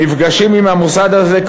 נפגשים עם המוסד הזה,